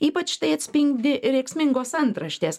ypač tai atspindi rėksmingos antraštės